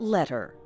Letter